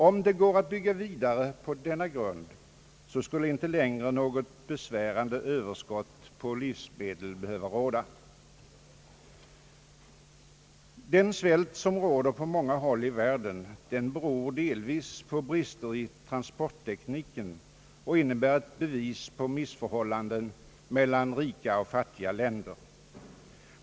Om det går att bygga vidare på denna grund skulle inte längre något he svärande överskott på livsmedel behöva förekomma. Den svält som råder på många håll i världen beror delvis på brister i transporttekniken och innebär ett bevis på missförhållanden mellan rika och fattiga länder.